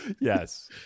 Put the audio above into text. Yes